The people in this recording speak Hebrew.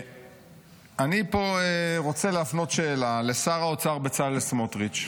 אני רוצה להפנות פה שאלה לשר האוצר בצלאל סמוטריץ',